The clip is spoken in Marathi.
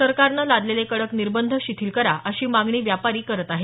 सरकारनं लादलेले कडक निर्बंध शिथिल करा अशी मागणी व्यापारी करत आहेत